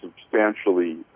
substantially